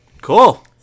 cool